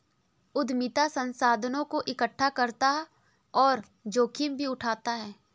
उद्यमिता संसाधनों को एकठ्ठा करता और जोखिम भी उठाता है